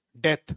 death